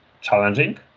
challenging